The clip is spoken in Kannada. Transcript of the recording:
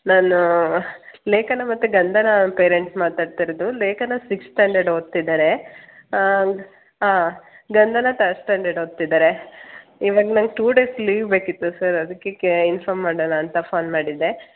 ನಾನು ಲೇಖನ ಮತ್ತು ಗಂಧನ ಪೇರೆಂಟ್ಸ್ ಮಾತಾಡ್ತಿರೋದು ಲೇಖನ ಸಿಕ್ಸ್ ಸ್ಟ್ಯಾಂಡರ್ಡ್ ಓದ್ತಿದ್ದಾರೆ ಹಾಂ ಗಂಧನ ತರ್ಡ್ ಸ್ಟ್ಯಾಂಡರ್ಡ್ ಓದ್ತಿದ್ದಾರೆ ಇವಾಗ ನನಗೆ ಟು ಡೇಸ್ ಲೀವ್ ಬೇಕಿತ್ತು ಸರ್ ಅದಕ್ಕೆ ಕೇ ಇನ್ಫಾರ್ಮ್ ಮಾಡೋಣ ಅಂತ ಫೋನ್ ಮಾಡಿದ್ದೆ